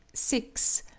six.